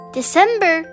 December